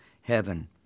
heaven